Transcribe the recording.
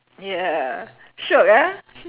yeah shiok ah